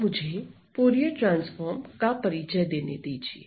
अब मुझे Fourier transform का परिचय देने दीजिए